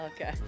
Okay